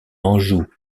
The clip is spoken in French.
anjou